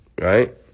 right